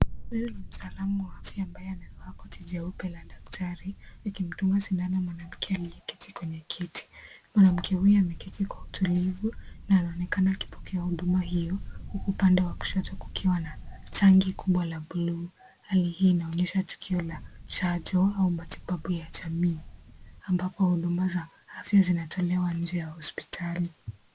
Huyu ni mtaalamu wa afya ambaye anavaa koti jeupe la daktari akimdunga sindano mwanamke aliyeketi kwenye kiti . Mwanamke huyo ameketi kwa utulivu na anaonekana akipokea huduma hiyo huku upande wa kushoto kukiwa na tanki kubwa la blu . Hali hii inaonyesha tukio la chanjo au matibabu ya jamii ambapo huduma za afya zinatolewa nje ya hospitali.